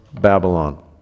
Babylon